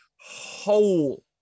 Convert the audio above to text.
whole